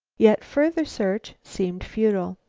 yet further search seemed futile.